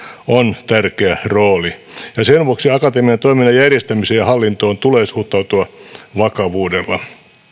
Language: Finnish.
on tärkeä rooli ja sen vuoksi akatemian toiminnan järjestämiseen ja hallintoon tulee suhtautua vakavuudella